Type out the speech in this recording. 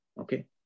Okay